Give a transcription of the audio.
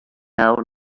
out